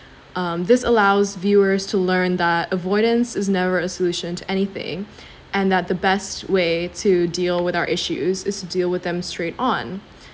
um this allows viewers to learn that avoidance is never a solution to anything and that the best way to deal with our issues is to deal with them straight on